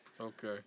Okay